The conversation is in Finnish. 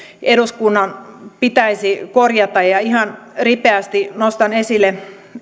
eduskunnan pitäisi korjata ihan ripeästi nostan esille